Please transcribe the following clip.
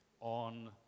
on